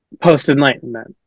post-enlightenment